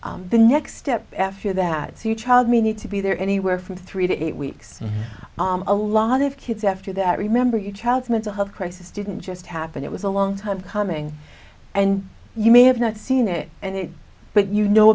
the next step after that so your child may need to be there anywhere from three to eight weeks a lot of kids after that remember your child's mental health crisis didn't just happen it was a long time coming and you may have not seen it and it but you know